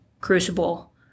crucible